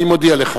אני מודיע לך.